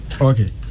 Okay